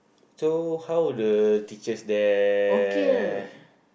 so how the teachers there